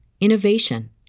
innovation